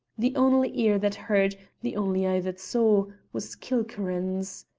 the only ear that heard, the only eye that saw, was kilkerran's.